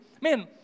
man